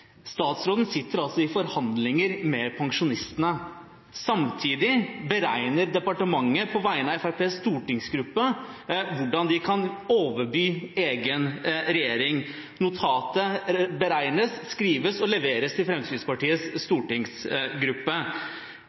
Statsråden sitter i forhandlinger med pensjonistene. Samtidig beregner departementet på vegne av Fremskrittspartiets stortingsgruppe hvordan de kan overby egen regjering. Notatet beregnes, skrives og leveres til Fremskrittspartiets